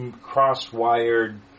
cross-wired